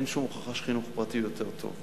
אין שום הוכחה שחינוך פרטי הוא יותר טוב.